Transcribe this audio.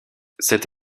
cette